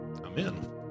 Amen